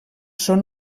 són